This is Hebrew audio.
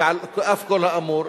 ועל אף כל האמור,